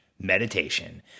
meditation